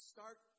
start